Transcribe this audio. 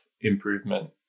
improvement